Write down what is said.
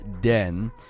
den